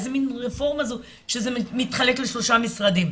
איזו מן רפורמה זאת אם זה התחלק ל-3 משרדים,